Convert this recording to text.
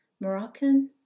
Moroccan